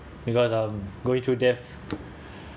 because um going through death